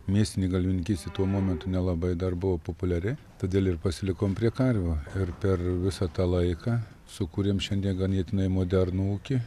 mėsinė galvijininkystė tuo momentu nelabai dar buvo populiari todėl ir pasilikom prie karvių ir per visą tą laiką sukūrėm šiandien ganėtinai modernų ūkį